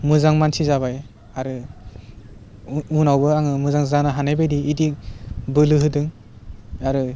मोजां मानसि जाबाय आरो उह उनावबो आङो मोजां जोनो हानाय बायदि इदि बोलो होदों आरो